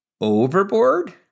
overboard